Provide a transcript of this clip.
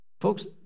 Folks